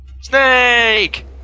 Snake